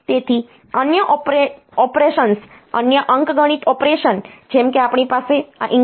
તેથી અન્ય ઑપરેશન્સ અન્ય અંકગણિત ઑપરેશન જેમ કે આપણી પાસે આ ઇન્ક્રીમેન્ટ ડીક્રમેન્ટ ઑપરેશન હોવું જોઈએ